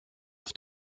auf